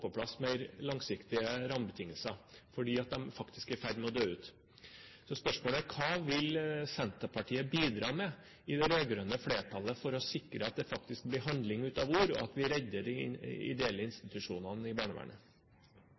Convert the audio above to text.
på plass mer langsiktige rammebetingelser fordi de faktisk er i ferd med å dø ut. Så spørsmålet er: Hva vil Senterpartiet bidra med i det rød-grønne flertallet for å sikre at det faktisk blir handling ut av ord, og at vi redder de ideelle institusjonene i barnevernet?